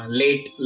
late